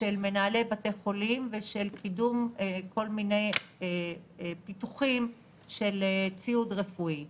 של מנהלי בתי חולים ושל קידום כל מיני פיתוחים של ציוד רפואי.